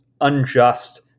unjust